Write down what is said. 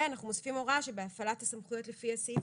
ואנחנו מוסיפים הוראה שבהפעלת הסמכויות לפי הסעיף